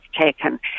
taken